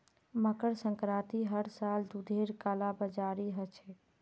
मकर संक्रांतित हर साल दूधेर कालाबाजारी ह छेक